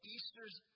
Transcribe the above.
Easter's